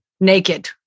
Naked